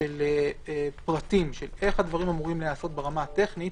של פרטים איך הדברים אמורים להיעשות ברמה הטכנית